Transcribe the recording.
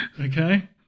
okay